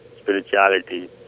spirituality